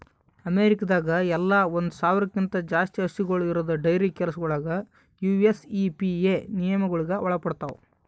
ಅಮೇರಿಕಾದಾಗ್ ಎಲ್ಲ ಒಂದ್ ಸಾವಿರ್ಕ್ಕಿಂತ ಜಾಸ್ತಿ ಹಸುಗೂಳ್ ಇರದ್ ಡೈರಿ ಕೆಲಸಗೊಳ್ ಯು.ಎಸ್.ಇ.ಪಿ.ಎ ನಿಯಮಗೊಳಿಗ್ ಒಳಪಡ್ತಾವ್